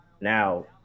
now